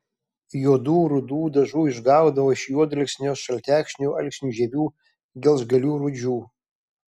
juodų rudų dažų išgaudavo iš juodalksnio šaltekšnių alksnių žievių gelžgalių rūdžių